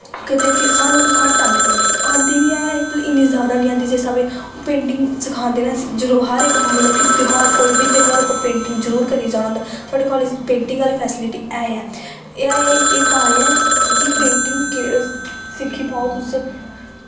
कदें सानूं घट्ट आंदी पेंटिंग आंदी बी ऐ लेकिन इन्नी जादा निं आंदी जिस स्हाबै दी पेंटिंग सखांदे न हर मतलब कि त्यहार कोई बी त्याहर उप्पर पेंटिंग जरूर करियै जाना होंदा साढ़े कालेज पेंटिंग आह्ली फैसिलिटी है ऐ एह् तां ऐ कि पेंटिंग सिक्खी पाओ तुस